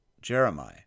Jeremiah